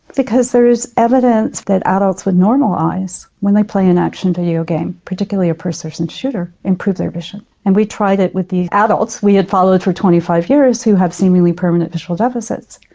because there is evidence that adults with normal eyes when they play an action videogame, particularly a first-person shooter, improve their vision. and we tried it with these adults we had followed for twenty five years who have seemingly permanent visual deficits,